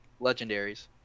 legendaries